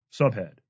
Subhead